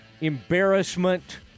embarrassment